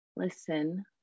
Listen